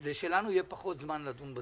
הוא שלנו יהיה פחות זמן לדון בתקציב.